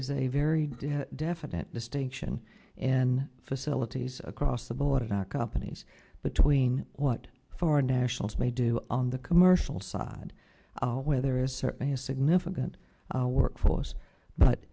is a very definite distinction and facilities across the board not companies but tween what foreign nationals may do on the commercial side where there is certainly a significant workforce but